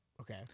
Okay